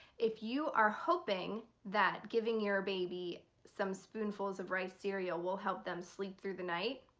if you are hoping that giving your baby some spoonfuls of rice cereal will help them sleep through the night,